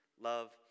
love